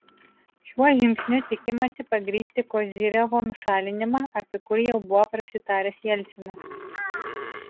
šiuo žingsniu tikimasi pagrįsti kozyrevo nušalinimą apie kurį jau buvo prasitaręs jelcinas